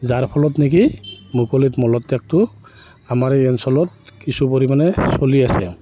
যাৰ ফলত নেকি মুকলিত মলত্যাগটো আমাৰ এই অঞ্চলত কিছু পৰিমাণে চলি আছে